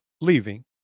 leaving